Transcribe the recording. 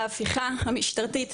ההפיכה המשטרית,